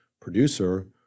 producer